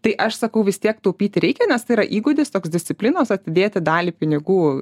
tai aš sakau vis tiek taupyti reikia nes tai yra įgūdis toks disciplinos atidėti dalį pinigų